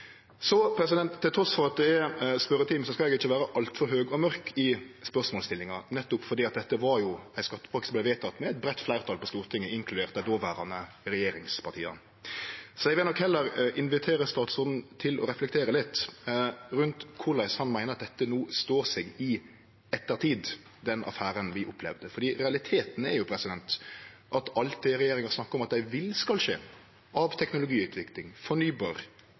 at det er spørjetime, skal eg ikkje vere altfor høg og mørk i spørsmålsstillinga, nettopp fordi dette var ei skattepakke som vart vedteken med eit bredt fleirtal på Stortinget, inkludert dei dåverande regjeringspartia. Eg vil heller invitere statsråden til å reflektere litt rundt korleis han meiner at dette, den affæren vi opplevde, står seg i ettertid. Realitetane er jo at alt det regjeringa snakkar om at dei vil skal skje av teknologiutvikling, fornybar